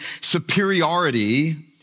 superiority